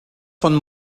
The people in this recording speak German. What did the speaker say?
von